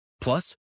Plus